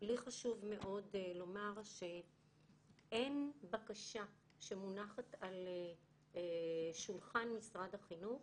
לי חשוב מאוד לומר שאין בקשה שמונחת על שולחן משרד החינוך